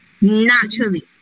naturally